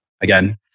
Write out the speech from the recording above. again